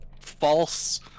false